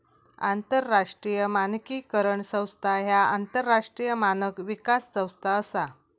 आंतरराष्ट्रीय मानकीकरण संस्था ह्या आंतरराष्ट्रीय मानक विकास संस्था असा